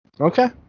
Okay